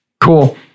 Cool